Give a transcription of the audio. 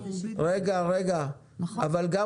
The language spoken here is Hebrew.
אבל גם